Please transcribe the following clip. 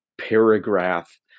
paragraph